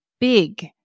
big